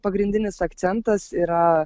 pagrindinis akcentas yra